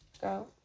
go